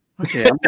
Okay